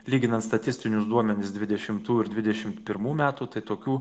lyginant statistinius duomenis dvidešimtų ir dvidešimt pirmų metų tai tokių